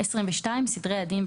סדרי הדין,